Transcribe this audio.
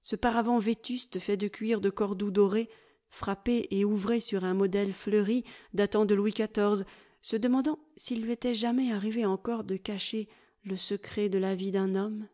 ce paravent vétuste fait de cuir de cordoue doré frappé et ouvré sur un modèle fleuri datant de louis xiv se demandant s'il lui était jamais arrivé encore de cacher le secret de la vie d'un homme